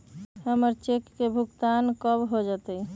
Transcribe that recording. हमर चेक के भुगतान कब तक हो जतई